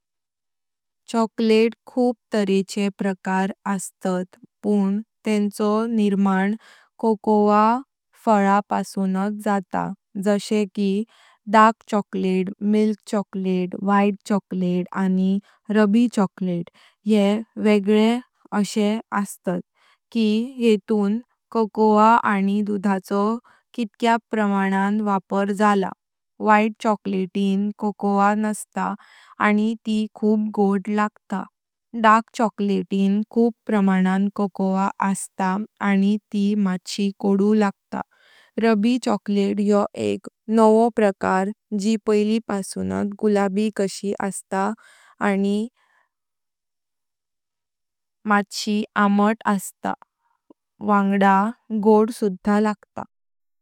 चॉकलेट खूप तरहाचे प्रकार अस्तात पण तेंचो निर्माण कोको फल पासूनत जाता जशे की dark chocolate, milk chocolate, white chocolate, आणि रूबी चॉकलेट, ये वेगळे असे अस्तात की येतून कोको आणि दूधाचो कितक्या प्रमाणान वापर जाला। व्हाइट चॉकलेटें कोको नऽस्ता आणि ती खूप गोड लागत, डार्क चॉकलेटें खूप प्रमाण कोको अस्तां आणि ती माथाही कडू लागत। रूबी चॉकलेट यो एक नवे प्रकार जी पैली पासूनत गुलाबी, काशी असता आणि माथाही अमत असता वांगा गोड सुधा असता।